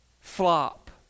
flop